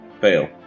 Fail